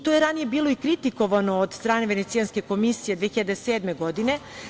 To je ranije bilo i kritikovano od strane Venecijanske komisije 2007. godine.